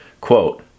Quote